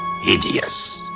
hideous